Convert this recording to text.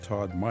Todd